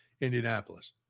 Indianapolis